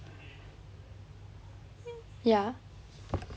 ya